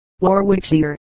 Warwickshire